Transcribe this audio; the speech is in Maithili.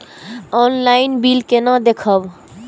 ऑनलाईन बिल केना देखब?